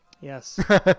Yes